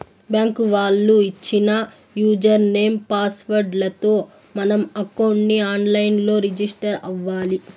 bank వాళ్ళు ఇచ్చిన user name, password లతో మనం అకౌంట్ ని ఆన్ లైన్ లో రిజిస్టర్ అవ్వాలి